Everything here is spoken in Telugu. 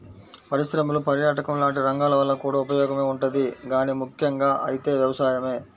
పరిశ్రమలు, పర్యాటకం లాంటి రంగాల వల్ల కూడా ఉపయోగమే ఉంటది గానీ ముక్కెంగా అయితే వ్యవసాయమే